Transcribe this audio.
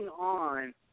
on